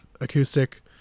acoustic